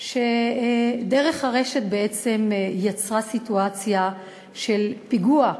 שדרך הרשת יצרה סיטואציה של פיגוע,